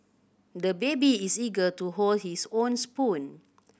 the baby is eager to hold his own spoon